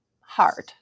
hard